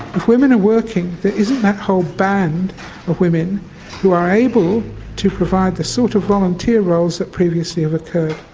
if women are working, there isn't that whole band of women who are able to provide the sort of volunteer roles that previously have occurred.